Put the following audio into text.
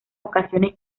ocasiones